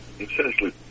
essentially